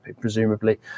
presumably